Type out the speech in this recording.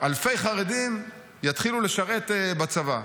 אלפי חרדים יתחילו לשרת בצבא.